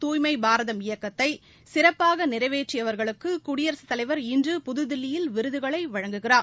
தூய்மைபாரதம் இயக்கத்தைசிறப்பாகநிறைவேற்றியவர்களுக்குகுடியரசுத் தலைவர் இன்று புதுதில்லியில் விருதுகளைவழங்குகிறார்